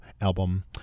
album